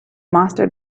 master